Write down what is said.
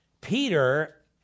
Peter